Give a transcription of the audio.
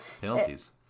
penalties